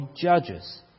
judges